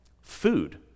food